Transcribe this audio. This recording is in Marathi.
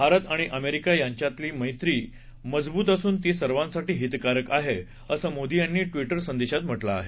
भारत आणि अमेरिका यांच्यातील मत्ती मजवूत असून ती सर्वांसाठी हितकारक आहे असं मोदी यांनी ट्विटद्वारे म्हटलं आहे